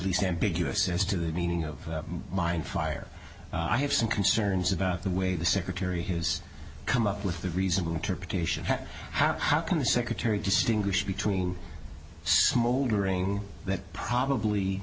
least ambiguous as to the meaning of mind fire i have some concerns about the way the secretary has come up with the reasonable interpretation how how can the secretary distinguish between smoldering that probably